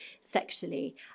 sexually